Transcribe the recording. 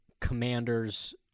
commanders